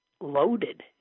loaded